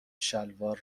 شلوار